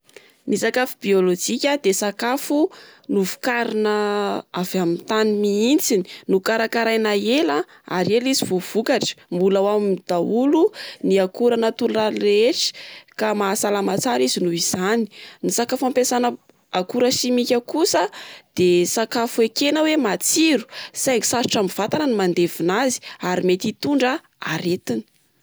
Ny sakafo biolojika dia sakafo novokarina avy amin'ny tany mihitsiny. Nokarakaraina ela, ary ela izy vao vokatra. Mbola ao aminy daholo ny akora natolaly rehetra, ka mahasalama tsara izy noho izany. Ny sakafo ampiasana akora simika kosa de sakafo ekena hoe matsiro saingy sarotra amin'ny vatana ny mandevona azy ary mety hitondra aretina.